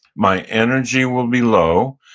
my energy will be low,